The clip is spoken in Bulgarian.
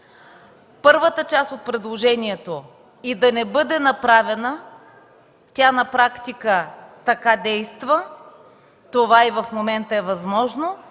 Първата част от предложението и да не бъде направена, тя на практика така действа, това и в момента е възможно,